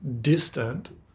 distant